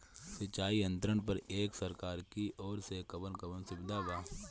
सिंचाई यंत्रन पर एक सरकार की ओर से कवन कवन सुविधा बा?